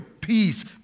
peace